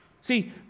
See